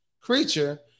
creature